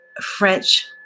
French